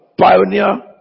Pioneer